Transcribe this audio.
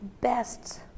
best